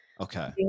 Okay